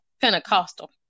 pentecostal